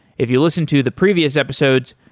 if you listen to the previous episodes,